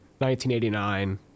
1989